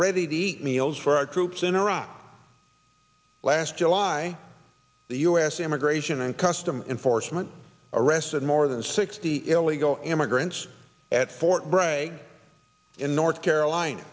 ready to eat meals for our troops in iraq last july the u s immigration and customs enforcement arrested more than sixty illegal immigrants at fort bragg in north carolina